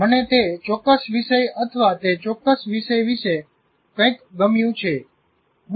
મને તે ચોક્કસ વિષય અથવા તે ચોક્કસ વિષય વિશે કંઈક ગમ્યું છે આપણે કારણો વિશે ચિંતા કરવાની જરૂર નથી